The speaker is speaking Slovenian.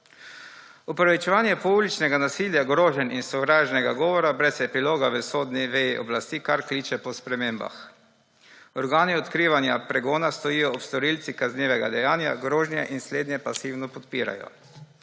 Opravičevanje pouličnega nasilja, groženj in sovražnega govora brez epiloga v sodni veji oblasti kar kliče po spremembah. Organi odkrivanja pregona stojijo ob storilcih kaznivega dejanja, grožnje in slednje pasivno podpirajo.